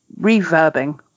reverbing